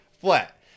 Flat